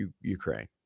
Ukraine